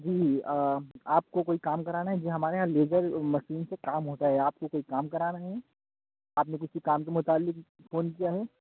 جی آپ کو کوئی کام کرانا ہے جی ہمارے یہاں لیزر مسین سے کام ہوتا ہے آپ کو کوئی کام کرانا ہے آپ نے کسی کام متعلق فون کیا ہے